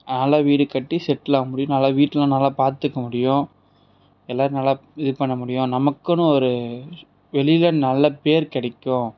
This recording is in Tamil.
நல்ல வீடு கட்டி செட்டிலாவ முடியும் நல்லா வீட்டில் நல்லா பார்த்துக்க முடியும் எல்லாரும் நல்லா இது பண்ண முடியும் நமக்குன்னு ஒரு வெளியில் நல்ல பேர் கிடைக்கும்